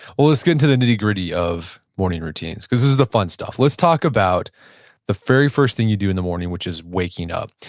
let's get into the nitty gritty of morning routines, because this is the fun stuff. let's talk about the very first thing you do in the morning, which is waking up.